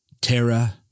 Terra